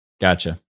Gotcha